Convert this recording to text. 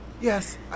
Yes